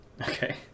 Okay